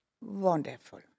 Wonderful